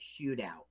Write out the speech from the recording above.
shootout